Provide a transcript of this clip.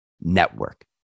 Network